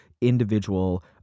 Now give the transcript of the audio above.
Individual